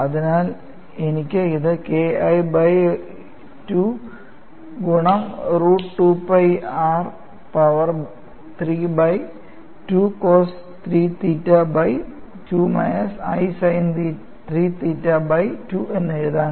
അതിനാൽ എനിക്ക് ഇത് KI ബൈ 2 ഗുണം root 2 pi r power 3 by 2 cos 3 theta by 2 minus i sine 3 theta by 2 എന്ന് എഴുതാം